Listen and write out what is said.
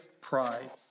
pride